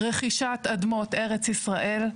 רכישת אדמות ארץ ישראל,